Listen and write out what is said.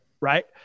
right